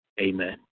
Amen